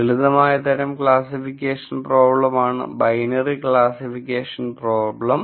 ലളിതമായ തരം ക്ലാസ്സിഫിക്കേഷൻ പ്രോബ്ലാമാണ് ബൈനറി ക്ലാസിഫിക്കേഷൻ പ്രോബ്ലം